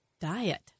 diet